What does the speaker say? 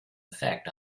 effect